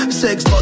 Sex